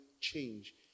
change